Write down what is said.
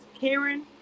Karen